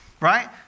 right